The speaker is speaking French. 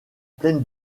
plaine